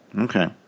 Okay